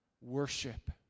worship